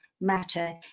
matter